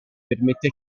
permette